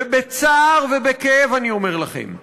ובצער ובכאב אני אומר לכם,